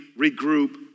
regroup